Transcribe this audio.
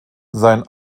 sein